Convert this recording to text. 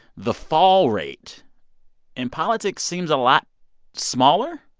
the fall rate in politics seems a lot smaller.